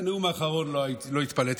מהנאום האחרון לא התפלאתי,